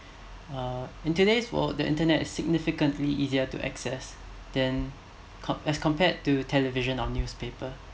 uh in today's world the internet significantly easier to access than as compared to television or newspaper